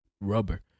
rubber